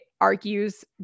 argues